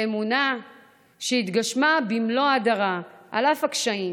אמונה שהתגשמה במלוא הדרה על אף הקשיים,